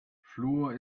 fluor